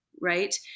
right